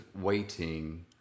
waiting